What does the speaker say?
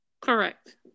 correct